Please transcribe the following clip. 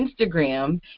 Instagram